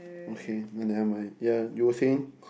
okay then nevermind ya you were saying